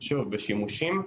בשימושים?